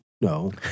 No